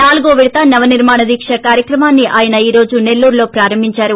నాలుగో విడత నవ నిర్మాణ దీక్ష కార్యక్రమాన్ని ఆయన ఈ రోజు నెల్లూరులో ప్రారంభించారు